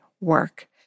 work